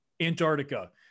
Antarctica